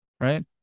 Right